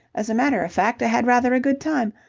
as a matter of fact, i had rather a good time.